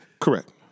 Correct